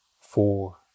four